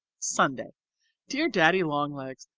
sunday dear daddy-long-legs,